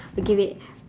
okay wait